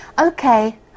Okay